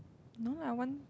no lah one